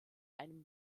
einem